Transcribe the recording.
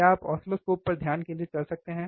क्या आप ऑसिलोस्कोप पर ध्यान केंद्रित कर सकते हैं